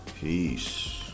Peace